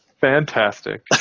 Fantastic